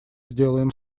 сделаем